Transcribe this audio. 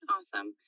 Awesome